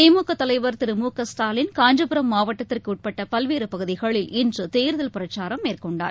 திமுக தலைவர் திரு மு க ஸ்டாலின் காஞ்சிபுரம் மாவட்டத்திற்கு உட்பட்ட பல்வேறு பகுதிகளில் இன்று தேர்தல் பிரச்சாரம் மேற்கொண்டார்